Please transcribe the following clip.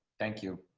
thank you.